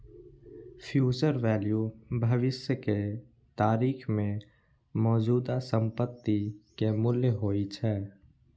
future value भविष्य के तारीख मे मौजूदा संपत्ति के मूल्य होइ छै